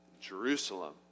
Jerusalem